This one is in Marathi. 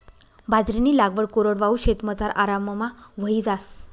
बाजरीनी लागवड कोरडवाहू शेतमझार आराममा व्हयी जास